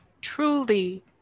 truly